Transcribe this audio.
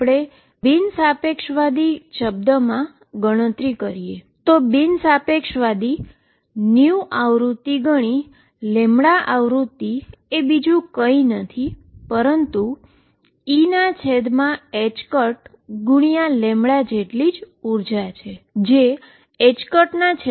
પહેલા non relativistic શબ્દમાં ગણતરી કરું છું તો નોન રીલેટીવીસ્ટીક vwaves ફ્રીક્વન્સી ગણી ફ્રીક્વન્સીએ બીજુ કઈં નથી પણ Eh જેટલી એનર્જી છે